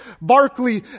Barclay